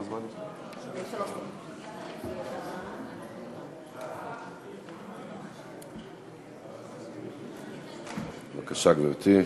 בבקשה, גברתי.